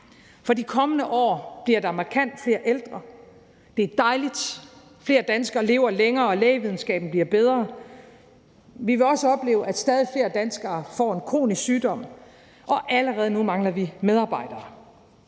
for de kommende år bliver der markant flere ældre. Det er dejligt. Flere danskere lever længere, og lægevidenskaben bliver bedre. Men vi vil også opleve, at stadig flere danskere får en kronisk sygdom, og allerede nu mangler vi medarbejdere.